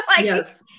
Yes